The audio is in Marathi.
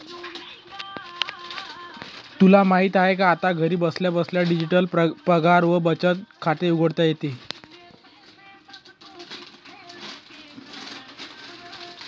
तुला माहित आहे का? आता घरी बसल्या बसल्या डिजिटल पगार व बचत खाते उघडता येते